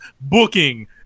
booking